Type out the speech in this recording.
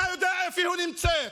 אתה יודע איפה היא נמצאת.